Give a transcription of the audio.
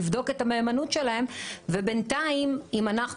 לבדוק את המהימנות שלהם ובינתיים אם אנחנו